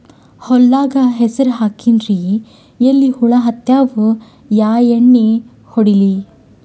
ಹೊಲದಾಗ ಹೆಸರ ಹಾಕಿನ್ರಿ, ಎಲಿ ಹುಳ ಹತ್ಯಾವ, ಯಾ ಎಣ್ಣೀ ಹೊಡಿಲಿ?